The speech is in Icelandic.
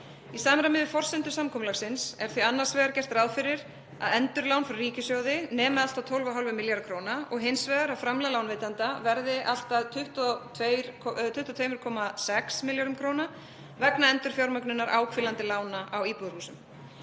Í samræmi við forsendur samkomulagsins er því annars vegar gert ráð fyrir að endurlán frá ríkissjóði nemi allt að 12,5 milljörðum kr. og hins vegar að framlag lánveitenda verði allt að 22,6 milljörðum kr. vegna endurfjármögnunar áhvílandi lána á íbúðarhúsum.